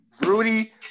Rudy